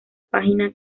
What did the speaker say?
página